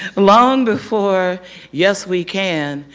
long before yes we can,